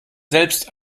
selbst